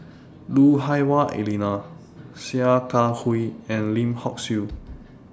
Lui Hah Wah Elena Sia Kah Hui and Lim Hock Siew